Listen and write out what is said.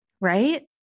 right